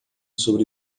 sobre